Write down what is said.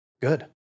Good